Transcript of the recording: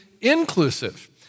inclusive